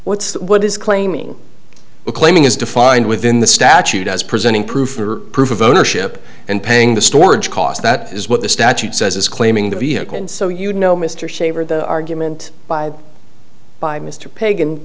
what's what is claiming you're claiming is defined within the statute as presenting proof or proof of ownership and paying the storage costs that is what the statute says is claiming the vehicle and so you know mr shaver the argument by by mr pagan